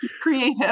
creative